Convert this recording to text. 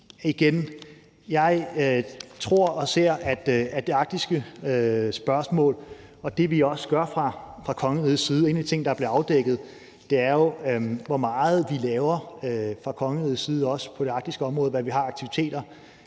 I forbindelse med det arktiske spørgsmål og det, vi også gør fra kongerigets side, er en af de ting, der er blevet afdækket, hvor meget vi laver fra kongerigets side på det arktiske område, altså hvad vi har af aktiviteter,